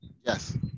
Yes